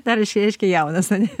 dar reiškia reiškia jaunas ane